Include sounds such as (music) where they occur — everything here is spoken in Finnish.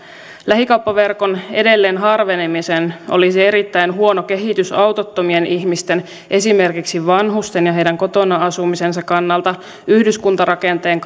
lähikauppaverkon edelleen harveneminen olisi erittäin huono kehitys autottomien ihmisten kannalta esimerkiksi vanhusten ja heidän kotona asumisensa kannalta yhdyskuntarakenteen (unintelligible)